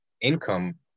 income